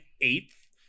eighth